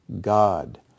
God